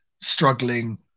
struggling